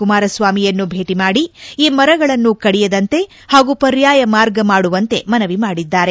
ಕುಮಾರಸ್ವಾಮಿಯನ್ನು ಭೇಟ ಮಾಡಿ ಈ ಮರಗಳನ್ನು ಕಡಿಯದಂತೆ ಹಾಗೂ ಪರ್ಯಾಯ ಮಾರ್ಗ ಮಾಡುವಂತೆ ಮನವಿ ಮಾಡಿದ್ದಾರೆ